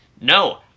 no